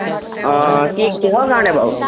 অঁ কি কিহৰ কাৰণে বাৰু